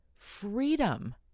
freedom